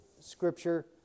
scripture